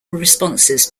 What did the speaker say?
responses